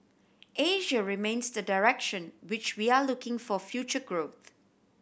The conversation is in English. Asia remains the direction which we are looking for future growth